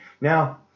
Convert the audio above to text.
Now